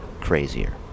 crazier